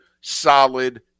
solid